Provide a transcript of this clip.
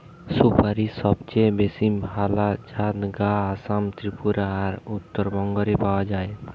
সুপারীর সবচেয়ে ভালা জাত গা আসাম, ত্রিপুরা আর উত্তরবঙ্গ রে পাওয়া যায়